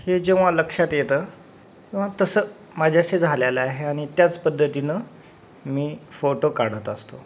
हे जेव्हा लक्षात येतं तेव्हा तसं माझ्याशी झालेलं आहे आणि त्याच पद्धतीनं मी फोटो काढत असतो